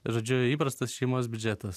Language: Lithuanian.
žodžiu įprastas šeimos biudžetas